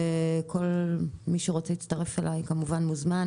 וכל מי שרוצה להצטרף אליי כמובן מוזמן.